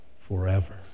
forever